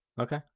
Okay